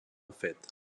fet